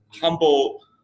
humble